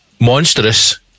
monstrous